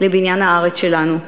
לבניין הארץ שלנו.